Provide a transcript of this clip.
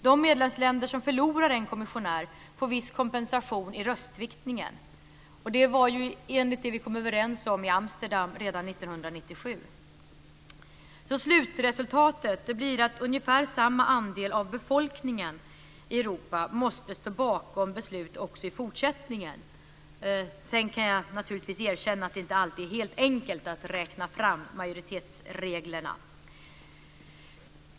De medlemsländer som förlorar en kommissionär får en viss kompensation i röstviktningen. Det var enligt det vi kom överens om i Amsterdam redan 1997. Slutresultatet blir att ungefär samma andel av befolkningen i Europa måste stå bakom beslut också i fortsättningen. Sedan kan jag naturligtvis erkänna att det inte alltid är helt enkelt att räkna fram majoritetsreglerna.